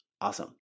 awesome